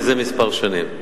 אני